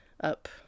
up